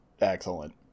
excellent